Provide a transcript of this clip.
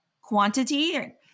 quantity